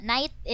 Night